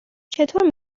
چطور